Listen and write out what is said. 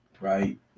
right